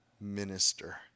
minister